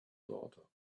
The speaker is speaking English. daughter